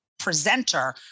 presenter